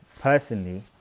personally